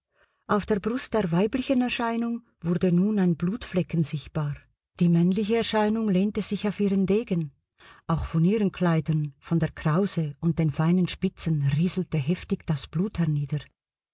auf der brust der weiblichen erscheinung wurde nun ein blutflecken sichtbar die männliche erscheinung lehnte sich auf ihren degen auch von ihren kleidern von der krause und den feinen spitzen rieselte heftig das blut